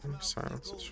silence